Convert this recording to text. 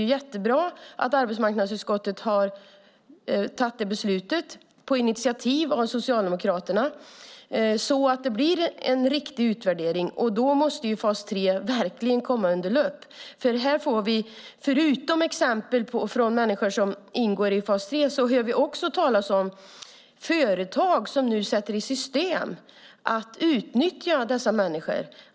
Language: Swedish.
Det är jättebra att arbetsmarknadsutskottet har tagit det beslutet på initiativ av Socialdemokraterna, så att det blir en riktig utvärdering. Då måste fas 3 verkligen komma under lupp. Förutom exempel från människor som ingår i fas 3 hör vi talas om företag som sätter i system att utnyttja dessa människor.